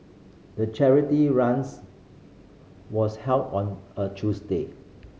the charity runs was held on a Tuesday